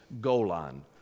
Golan